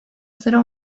sıra